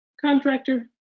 contractor